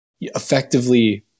effectively